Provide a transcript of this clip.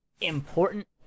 important